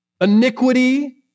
iniquity